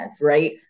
right